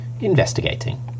Investigating